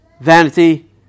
vanity